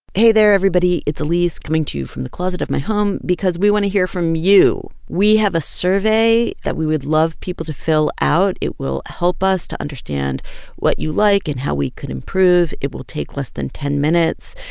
hey there, everybody. it's alix coming to you from the closet of my home. because we want to hear from you, we have a survey that we would love people to fill out. it will help us to understand what you like and how we could improve. it will take less than ten minutes.